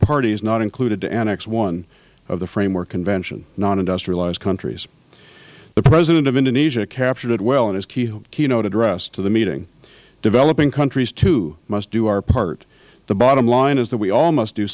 parties not included to annex one of the framework convention nonindustrialized countries the president of indonesia captured it well in his keynote address to the meeting developing countries too must do our part the bottom line is that we all must do